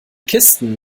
kisten